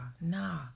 Nah